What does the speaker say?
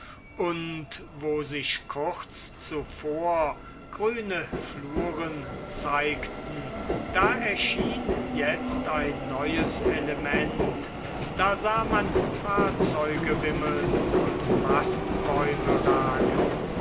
und wo sich kurz zuvor grüne fluren zeigten da erschien jetzt ein neues element da sah man fahrzeuge wimmeln und mastbäume ragen